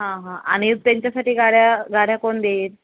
हां हां आणि त्यांच्यासाठी गाड्या गाड्या कोण देईल